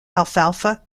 alfalfa